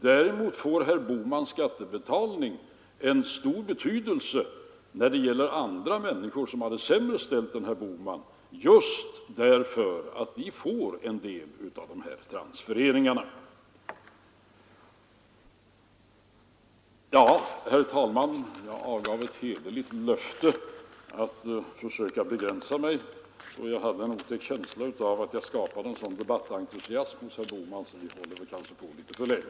Däremot får herr Bohmans skattebetalning en stor betydelse när det gäller andra människor som har det sämre ställt än herr Bohman, just därför att de får en del av transfereringarna. Herr talman! Jag avgav ett heligt löfte att försöka begränsa mig därför att jag hade en otäck känsla av att jag skapade en sådan debattentusiasm hos herr Bohman att vi kanske diskuterar alltför länge.